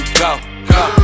go